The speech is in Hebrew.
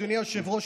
אדוני היושב-ראש,